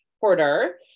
Porter